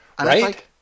Right